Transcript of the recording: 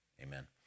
Amen